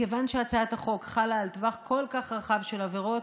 מכיוון שהצעת החוק חלה על טווח כל כך רחב של עבירות,